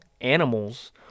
animals